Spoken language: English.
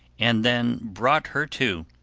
and then brought her to,